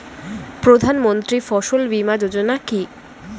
প্রধানমন্ত্রী ফসল বীমা যোজনা কি?